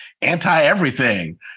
anti-everything